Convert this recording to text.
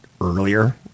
Earlier